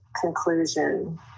conclusion